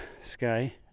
sky